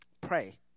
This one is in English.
pray